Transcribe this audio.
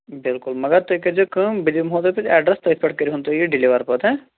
بِلکُل مگر تُہۍ کٔرۍزیٚو کٲم بہِٕ دِمہو تۄہہِ ایڈرس تٔتھۍ پٮ۪ٹھ کٔرۍہوٗن تُہۍ یہِ ڈِیلِوَر پَتہٕ ہا